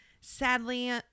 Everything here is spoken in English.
Sadly